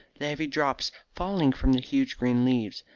the heavy drops falling from the huge green leaves,